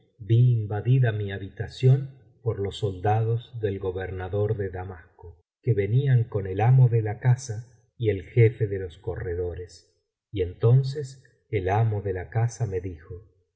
invadida mi habitación por los soldados del gobernador de damasco que venían con el amo de la casa y el jefe de los corredores y entonces el amo de la casa me dijo